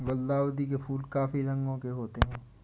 गुलाउदी के फूल काफी रंगों के होते हैं